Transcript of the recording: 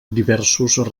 diversos